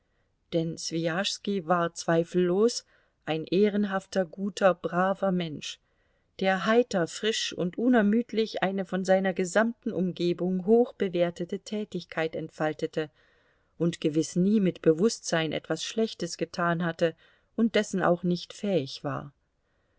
denn swijaschski war zweifellos ein ehrenhafter guter braver mensch der heiter frisch und unermüdlich eine von seiner gesamten umgebung hoch bewertete tätigkeit entfaltete und gewiß nie mit bewußtsein etwas schlechtes getan hatte und dessen auch nicht fähig war